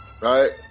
right